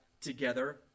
together